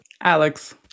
Alex